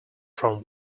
from